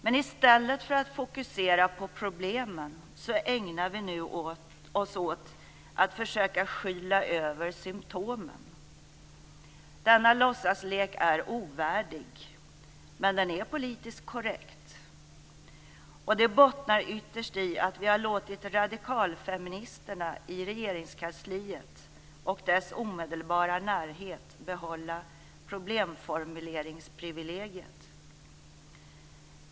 Men i stället för att fokusera på problemen ägnar vi oss nu åt att försöka skyla över symtomen. Denna låtsaslek är ovärdig, men den är politiskt korrekt. Det bottnar ytterst i att vi har låtit radikalfeministerna i Regringskansliet och dess omedelbara närhet behålla problemformuleringsprivilegiet.